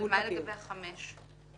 מה לגבי החמש בפסקה (1)?